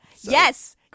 Yes